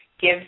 give